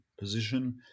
position